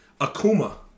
Akuma